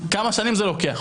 כמה שנים זה לוקח?